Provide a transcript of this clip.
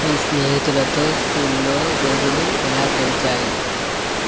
మీ స్నేహితులతో స్కూల్లో రోజులు ఎలా గడిచాయి